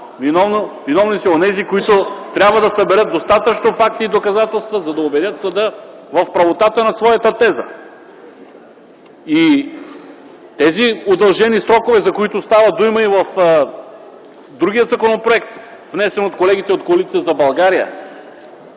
виновни са онези, които трябва да съберат достатъчно факти и доказателства, за да убедят съда в правотата на своята теза. Тези удължени срокове, за които става дума и в другия законопроект, внесен от колегите от Коалиция за България,